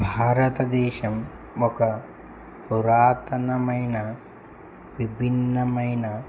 భారతదేశం ఒక పురాతనమైన విభిన్నమైన